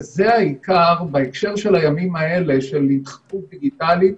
וזה העיקר בהקשר של הימים האלה של התחקות דיגיטלית,